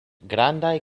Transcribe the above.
grandaj